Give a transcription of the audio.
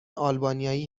آلبانیایی